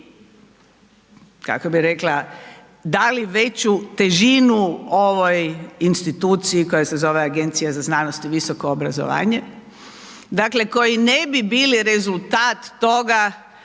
kako bi rekla dali veću težinu ovoj instituciji koja se zove Agencija za znanost i visoko obrazovanje. Dakle, koji ne bi bili rezultat toga